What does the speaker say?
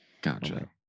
gotcha